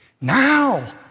Now